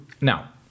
now